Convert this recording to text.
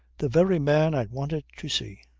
the very man i wanted to see.